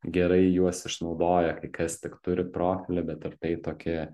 gerai juos išnaudoja kas tik turi profilį bet ir tai toki